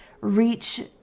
reach